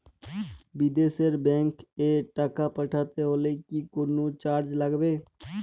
বিদেশের ব্যাংক এ টাকা পাঠাতে হলে কি কোনো চার্জ লাগবে?